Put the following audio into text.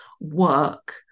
work